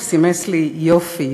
הוא סימס לי: יופי,